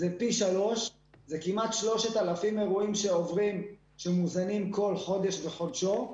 זה כמעט 3,000 אירועים שמוזנים כל חודש בחודשו.